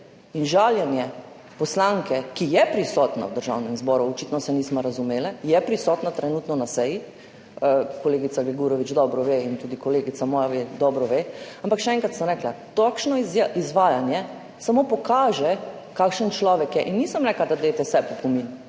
in žaljenje poslanke, ki je prisotna v Državnem zboru – očitno se nisva razumeli, je prisotna trenutno na seji, kolegica Grgurevič dobro ve in tudi moja kolegica dobro ve. Ampak še enkrat bom rekla, takšno izvajanje samo pokaže, kakšen človek je. In nisem rekla, da dajte sebi opomin.